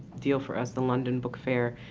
deal for us, the london book fair.